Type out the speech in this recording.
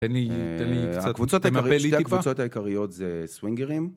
תן לי, תן לי קצת, תמרפל לי טיפה, שתי הקבוצות העיקריות זה סווינגרים.